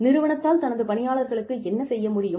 நிறுவனத்தால் தனது பணியாளர்களுக்கு என்ன செய்ய முடியும்